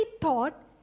thought